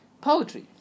poetry